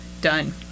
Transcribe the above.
Done